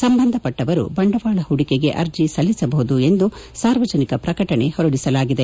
ಸಂಬಂಧಪಟ್ಟವರು ಬಂಡವಾಳ ಹೂಡಿಕೆಗೆ ಅರ್ಜೆ ಸಲ್ಲಿಸಬಹುದು ಎಂದು ಸಾರ್ವಜನಿಕ ಪ್ರಕಟಣೆ ಹೊರಡಿಸಲಾಗಿದೆ